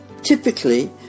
Typically